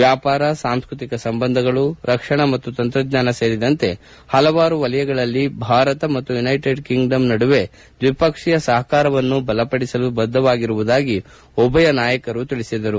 ವ್ಯಾಪಾರ ಸಾಂಸ್ಕೃತಿಕ ಸಂಬಂಧಗಳು ರಕ್ಷಣಾ ಮತ್ತು ತಂತ್ರಜ್ಞಾನ ಸೇರಿದಂತೆ ಹಲವಾರು ಕ್ಷೇತ್ರಗಳಲ್ಲಿ ಭಾರತ ಮತ್ತು ಯುನೈಟೆಡ್ ಕಿಂಗ್ಡಮ್ ನಡುವೆ ದ್ವಿಪಕ್ಷೀಯ ಸಹಕಾರವನ್ನು ಬಲಪಡಿಸಲು ಬದ್ದರಾಗಿರುವುದಾಗಿ ಉಭಯ ನಾಯಕರು ತಿಳಿಸಿದರು